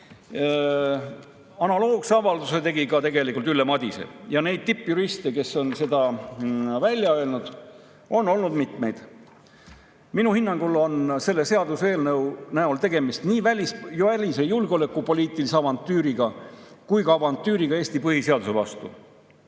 Analoogse avalduse tegi tegelikult ka Ülle Madise ja neid tippjuriste, kes on seda veel välja öelnud, on olnud mitmeid. Minu hinnangul on selle seaduseelnõu näol tegemist nii välis- ja julgeolekupoliitilise avantüüriga kui ka avantüüriga Eesti põhiseaduse vastu.